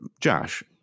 Josh